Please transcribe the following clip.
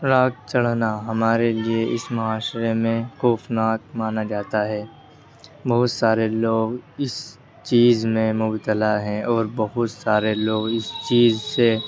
راگ چڑھانا ہمارے لیے اس معاشرے میں خوفناک مانا جاتا ہے بہت سارے لوگ اس چیز میں مبتلا ہیں اور بہت سارے لوگ اس چیز سے